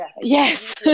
yes